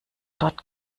dort